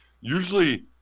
usually